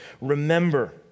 Remember